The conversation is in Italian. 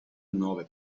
nuove